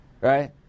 right